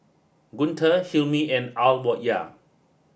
Guntur Hilmi and Alya